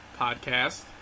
podcast